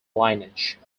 lineage